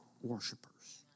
Worshippers